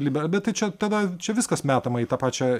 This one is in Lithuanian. libe bet tai čia tada čia viskas metama į tą pačią